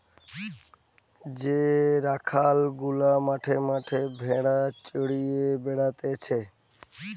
যে রাখাল গুলা মাঠে মাঠে ভেড়া চড়িয়ে বেড়াতিছে